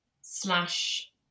slash